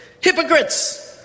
Hypocrites